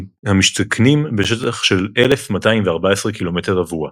המשתכנים בשטח של 1,214 קילומטר רבוע.